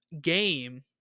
game